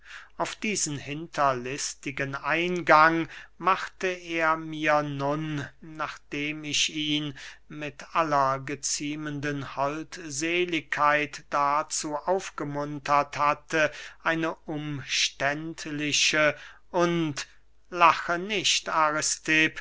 auf diesen hinterlistigen eingang machte er mir nun nachdem ich ihn mit aller geziemenden holdseligkeit dazu aufgemuntert hatte eine umständliche und lache nicht